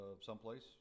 someplace